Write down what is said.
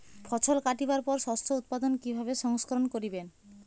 ফছল কাটিবার পর শস্য উৎপাদন কিভাবে সংরক্ষণ করিবেন?